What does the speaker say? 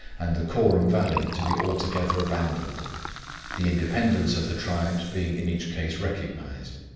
and the koorum valley to be altogether abandoned the independence of the tribes being in each case recognised.